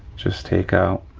just take out,